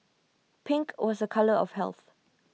pink was A colour of health